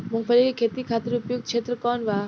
मूँगफली के खेती खातिर उपयुक्त क्षेत्र कौन वा?